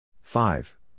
Five